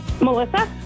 Melissa